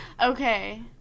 Okay